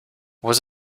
was